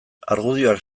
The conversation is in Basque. argudioak